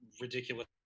ridiculous